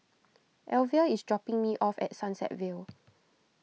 Elvia is dropping me off at Sunset Vale